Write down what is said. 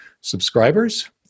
subscribers